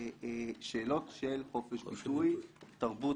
בשאלות של חופש ביטוי, תרבות,